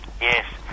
yes